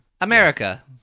America